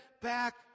back